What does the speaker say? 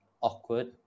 awkward